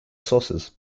sources